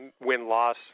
win-loss